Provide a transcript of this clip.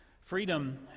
Freedom